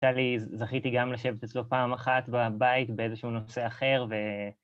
נשאר לי, זכיתי גם לשבת אצלו פעם אחת בבית באיזשהו נושא אחר ו...